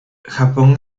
japón